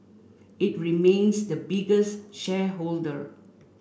it remains the biggest shareholder